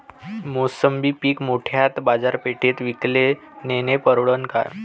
मोसंबी पीक मोठ्या बाजारपेठेत विकाले नेनं परवडन का?